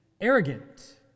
arrogant